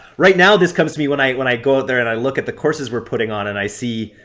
right now this comes to me when i when i go out there and i look at the courses were putting on and i see.